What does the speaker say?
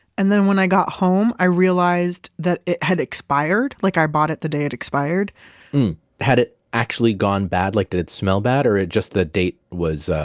and then when i got home i realized that it had expired, like i bought it the day it expired had it actually gone bad, like did it smell bad? or just the date was.